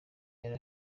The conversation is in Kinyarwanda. yari